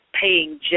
paying